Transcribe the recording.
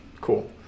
cool